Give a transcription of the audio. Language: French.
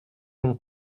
mon